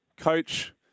coach